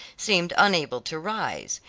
seemed unable to rise.